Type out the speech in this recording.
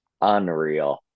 Unreal